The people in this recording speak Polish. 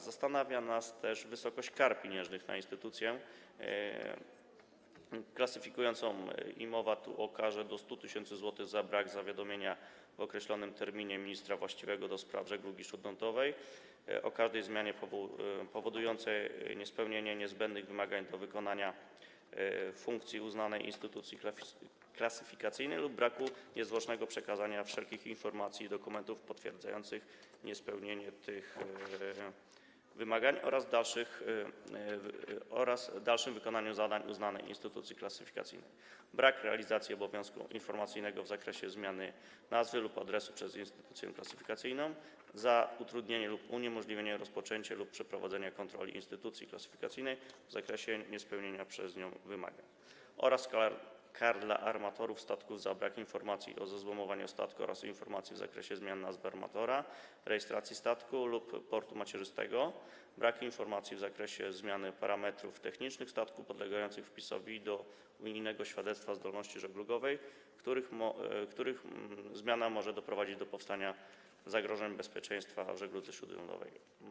Zastanawia nas też wysokość kar pieniężnych nakładanych na instytucję klasyfikacyjną - mowa tu o karze do 100 tys. zł za brak zawiadomienia w określonym terminie ministra właściwego do spraw żeglugi śródlądowej o każdej zmianie powodującej niespełnienie niezbędnych wymagań do wykonywania funkcji uznanej instytucji klasyfikacyjnej lub o braku niezwłocznego przekazania wszelkich informacji i dokumentów potwierdzających niespełnienie tych wymagań oraz dalszym wykonywaniu zadań uznanej instytucji klasyfikacyjnej, o karze za brak realizacji obowiązku informacyjnego w zakresie zmiany nazwy lub adresu przez instytucję klasyfikacyjną, za utrudnienie lub uniemożliwienie rozpoczęcia lub przeprowadzenia kontroli instytucji klasyfikacyjnej w zakresie niespełnienia przez nią wymagań - oraz kar dla armatorów statków - za brak informacji o zezłomowaniu statku oraz informacji w zakresie zmian nazwy, armatora, rejestracji statku lub portu macierzystego, brak informacji w zakresie zmiany parametrów technicznych statku podlegających wpisowi do unijnego świadectwa zdolności żeglugowej, których zmiana może doprowadzić do powstania zagrożenia bezpieczeństwa w żegludze śródlądowej.